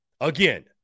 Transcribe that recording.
Again